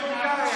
התנהגות שלה.